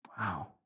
Wow